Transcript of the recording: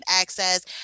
access